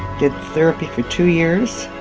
get therapy for two years.